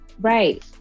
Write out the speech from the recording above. right